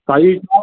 file چھِ حظ